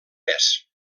pes